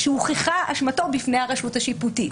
שהוכחה אשמתו בפני הרשות השיפוטית.